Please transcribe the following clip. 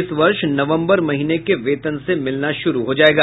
इस वर्ष नवम्बर महीने के वेतन से मिलना श्रू हो जायेगा